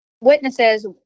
witnesses